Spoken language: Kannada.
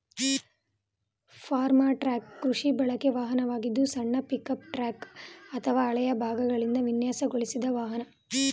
ಫಾರ್ಮ್ ಟ್ರಕ್ ಕೃಷಿ ಬಳಕೆ ವಾಹನವಾಗಿದ್ದು ಸಣ್ಣ ಪಿಕಪ್ ಟ್ರಕ್ ಅಥವಾ ಹಳೆಯ ಭಾಗಗಳಿಂದ ವಿನ್ಯಾಸಗೊಳಿಸಲಾದ ವಾಹನ